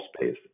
space